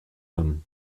them